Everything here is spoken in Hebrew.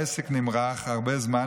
העסק נמרח הרבה זמן,